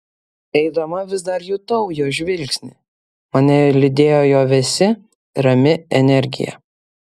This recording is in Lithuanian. eidama vis dar jutau jo žvilgsnį mane lydėjo jo vėsi rami energija